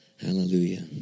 Hallelujah